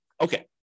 Okay